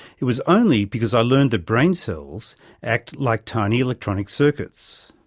it was only because i learned that brain cells act like tiny electronic circuits.